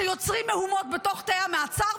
שיוצרים מהומה בתוך תאי המעצר,